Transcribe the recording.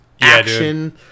action